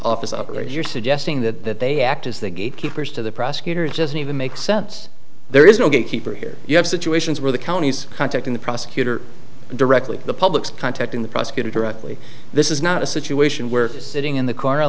office up there you're suggesting that they act as the gatekeepers to the prosecutors just need to make sense there is no gatekeeper here you have situations where the counties contacting the prosecutor directly the public's contacting the prosecutor directly this is not a situation where sitting in the corner